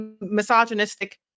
misogynistic